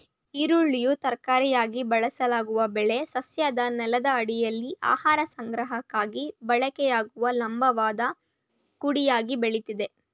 ಈರುಳ್ಳಿಯು ತರಕಾರಿಯಾಗಿ ಬಳಸಲಾಗೊ ಬೆಳೆ ಸಸ್ಯದ ನೆಲದಡಿಯಲ್ಲಿ ಆಹಾರ ಸಂಗ್ರಹಕ್ಕಾಗಿ ಬಳಕೆಯಾಗುವ ಲಂಬವಾದ ಕುಡಿಯಾಗಿ ಬೆಳಿತದೆ